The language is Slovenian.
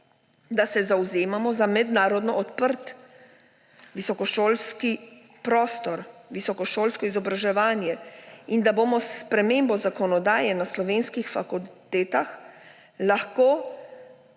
da se zavzemamo za mednarodno odprt visokošolski prostor, visokošolsko izobraževanje in da bomo s spremembo zakonodaje na slovenskih fakultetah lahko